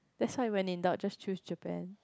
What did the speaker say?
that's why when in doubt just choose Japan